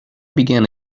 began